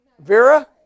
Vera